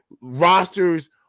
rosters